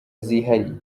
zihariye